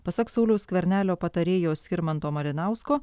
pasak sauliaus skvernelio patarėjo skirmanto malinausko